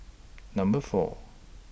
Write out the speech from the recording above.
Number four